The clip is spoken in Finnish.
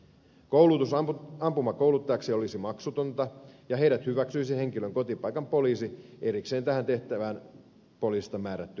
koulutus ampumakouluttajaksi olisi maksutonta ja heidät hyväksyisi henkilön kotipaikan poliisin erikseen tähän tehtävään määrätty henkilö